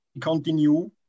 continue